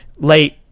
late